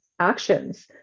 actions